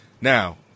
now